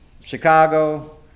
Chicago